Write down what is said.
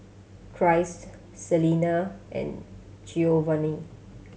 Christ Celena and Giovanny